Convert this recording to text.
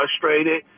frustrated